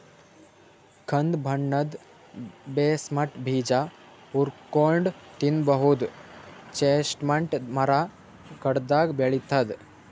ಕಂದ್ ಬಣ್ಣದ್ ಚೆಸ್ಟ್ನಟ್ ಬೀಜ ಹುರ್ಕೊಂನ್ಡ್ ತಿನ್ನಬಹುದ್ ಚೆಸ್ಟ್ನಟ್ ಮರಾ ಕಾಡ್ನಾಗ್ ಬೆಳಿತದ್